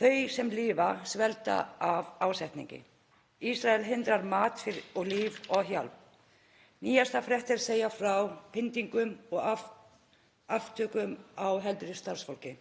Þau sem lifa eru svelt af ásetningi. Ísrael hindrar að matur og lyf og hjálp berist. Nýjustu fréttir segja frá pyndingum og aftökum á heilbrigðisstarfsfólki.